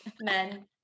Men